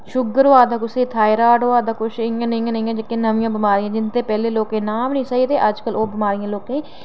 sugar होआ दा कुसै गी थॉयरायड होआ दा कुसै ई नेहियां नेहियां जेह्कियां नमियां बमारियां ते जिंदे लोकें नाम बी निं सेही थे ते अजकल ते ओह् बमारियां लोकें गी